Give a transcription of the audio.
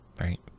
right